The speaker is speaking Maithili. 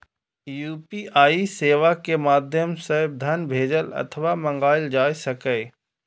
यू.पी.आई सेवा के माध्यम सं धन भेजल अथवा मंगाएल जा सकैए